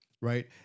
Right